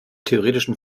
theoretischen